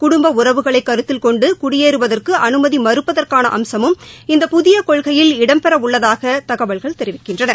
குடும்ப உறவுகளை கருத்தில் கொண்டு குடியேறுவதற்கு அனுமதி மறுப்பதற்கான அம்சமும் இந்த புதிய கொள்கையில் இடம்பெற உள்ளதாக தகவல்கள் தெரிவிக்கின்றன